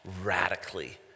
radically